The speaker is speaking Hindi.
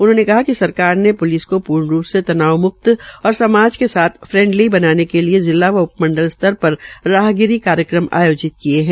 उन्होंने कहा कि सरकार ने प्लिस को पूर्ण रूप से तनाव मुक्त और समाज के साथ फ्रेडली बनाने के लिए जिला व उपमंडल स्तर पर राहगिरी कार्यक्रम आयोजित किये है